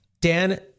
dan